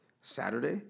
Saturday